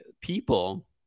people